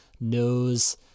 knows